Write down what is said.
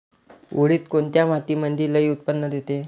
उडीद कोन्या मातीमंदी लई उत्पन्न देते?